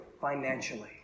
financially